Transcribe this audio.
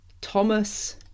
Thomas